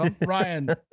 Ryan